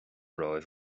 romhaibh